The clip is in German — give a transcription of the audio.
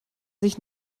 sich